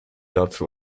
dazu